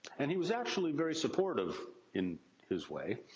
and he was actually very supportive in his way.